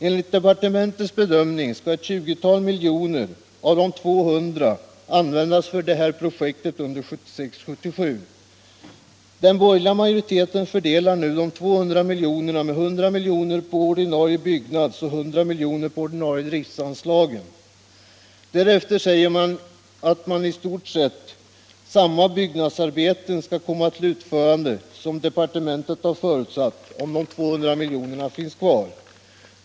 Enligt departementets bedömning skall ett 20 tal miljoner av de 200 användas för detta projekt under 1976/77. Den borgerliga majoriteten fördelar nu dessa 200 milj.kr. med 100 miljoner vardera på de ordinarie byggnadsoch driftanslagen. Därefter säger man att i stort sett samma byggnadsarbeten kan komma till utförande som departementet har förutsatt om de 200 miljonerna finns kvar.